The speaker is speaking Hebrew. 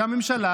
והממשלה,